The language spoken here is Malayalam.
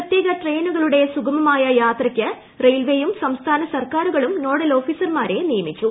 പ്രത്യേക ട്രെയിനുകളുടെ സുഗമമായ യാത്രക്ക് റെയിൽവേയും സംസ്ഥാന സർക്കാരുകളും നോഡൽ ഓഫീസർമാരെ നിയമിച്ചു